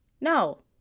no